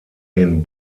den